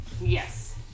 Yes